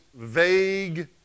vague